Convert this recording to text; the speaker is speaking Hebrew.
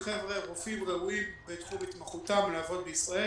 הם רופאים ראויים בתחום התמחותם לעבוד בישראל.